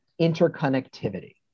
interconnectivity